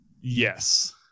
Yes